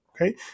Okay